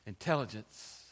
Intelligence